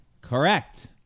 Correct